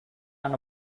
and